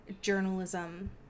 journalism